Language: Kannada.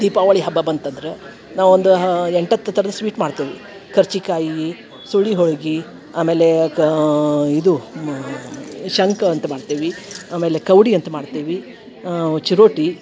ದೀಪಾವಳಿ ಹಬ್ಬ ಬಂತಂದರೆ ನಾವೊಂದು ಎಂಟು ಹತ್ತು ಥರದ ಸ್ವೀಟ್ ಮಾಡ್ತೇವೆ ಕರ್ಚಿಕಾಯಿ ಸುರುಳಿ ಹೋಳ್ಗೆ ಆಮೇಲೆ ಕಾ ಇದು ಶಂಖ ಅಂತ ಮಾಡ್ತೇವೆ ಆಮೇಲೆ ಕವ್ಡೆ ಅಂತ ಮಾಡ್ತೇವೆ ಚಿರೋಟಿ